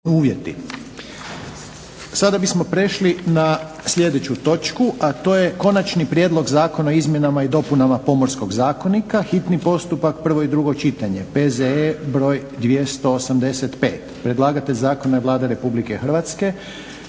(HDZ)** Sada bismo prešli na sljedeću točku, a to je - Konačni prijedlog Zakona o izmjenama i dopunama Pomorskog zakonika, hitni postupak, prvo i drugo čitanje, P.Z.E. br. 285; Predlagatelj zakona je Vlada Republike Hrvatske.